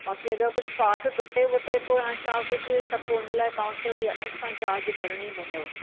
बाक़ी अगर कुछ पार्ट टुटे वुटे थो यां छा कुझु त पोइ उन लाइ तव्हां खे वरी अलॻि सां चार्ज भरणी पवंदव